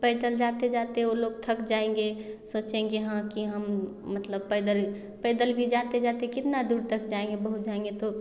पैदल जाते जाते वह लोग थक जाएंगे सोचेंगे हाँ कि हम मतलब पैदल पैदल भी जाते जाते कितना दूर तक जाएंगे बहुत जाएंगे तो